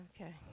Okay